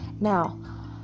Now